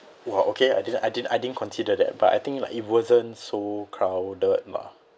!wah! okay I didn't I didn't I didn't consider that but I think like it wasn't so crowded lah